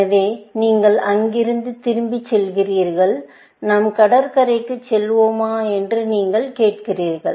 எனவே நீங்கள் அங்கிருந்து திரும்பிச் செல்கிறீர்கள் நாம் கடற்கரைக்குச் செல்வோமா என்று நீங்கள் கேட்கிறீர்கள்